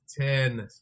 ten